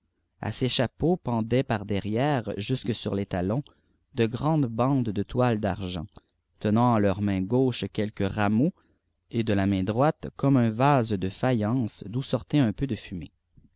a ces chapeaux pendaient par derrière jusque sur les talons de grandes bandes de toiles d argent tenant en leur main jauche quelques rameaux et de la ipain droite comme un vase de faïence a où sortait un peu de fumée